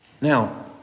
Now